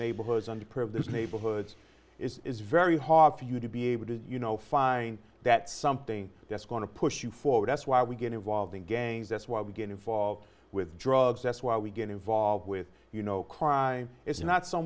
neighborhoods underprivileged neighborhoods is very hard for you to be able to you know find that something that's going to push you forward that's why we get involved in gangs that's why we get involved with drugs that's why we get involved with you know crime it's not so